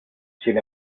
sin